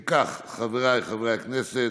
אם כך, חבריי חברי הכנסת,